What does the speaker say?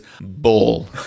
bull